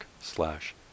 slash